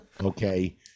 okay